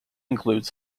includes